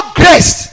grace